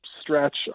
stretch